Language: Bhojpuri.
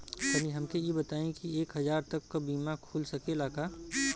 तनि हमके इ बताईं की एक हजार तक क बीमा खुल सकेला का?